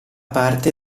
parte